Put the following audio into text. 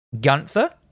Gunther